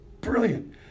brilliant